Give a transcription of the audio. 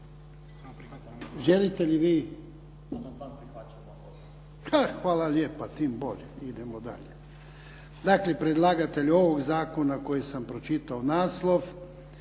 Hvala lijepa. Idemo dalje. Dakle predlagatelj ovoga zakona koji sam pročitao naslov